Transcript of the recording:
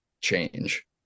Change